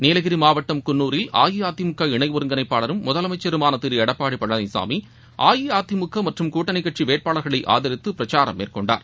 நீலகிரி மாவட்டம் குன்னூரில் அஇஅதிமுக இணை ஒருங்கிணைப்பாளரும் முதலமைச்சருமான திரு எடப்பாடி பழனிசாமிஅஇஅதிமுக மற்றும் கூட்டணி கட்சி வேட்பாளர்களை ஆதரித்து பிரச்சாரம் மேற்னொண்டார்